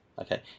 Okay